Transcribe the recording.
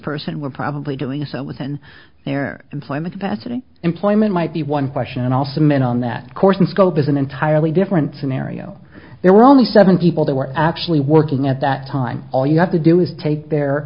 person were probably doing so within their employment that city employment might be one question and also meant on that course and scope is an entirely different scenario there were only seven people that were actually working at that time all you have to do is take their